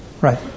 right